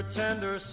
tender